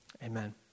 Amen